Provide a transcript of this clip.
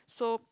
so